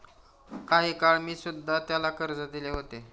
काही काळ मी सुध्धा त्याला कर्ज दिले होते